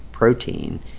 protein